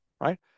right